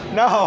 no